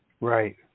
Right